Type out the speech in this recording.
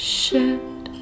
shed